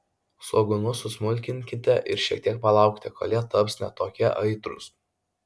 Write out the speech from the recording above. svogūnus susmulkinkite ir šiek tiek palaukite kol jie taps ne tokie aitrūs